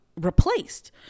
replaced